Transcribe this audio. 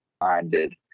minded